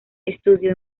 estudió